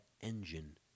engine